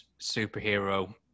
superhero